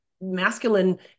masculine